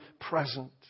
present